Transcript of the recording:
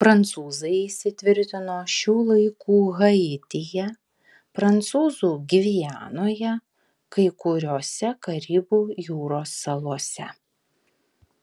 prancūzai įsitvirtino šių laikų haityje prancūzų gvianoje kai kuriose karibų jūros salose